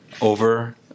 over